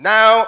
Now